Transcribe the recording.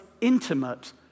intimate